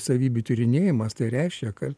savybių tyrinėjimas tai reiškia kad